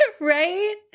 Right